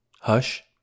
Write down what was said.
Hush